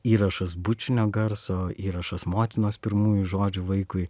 įrašas bučinio garso įrašas motinos pirmųjų žodžių vaikui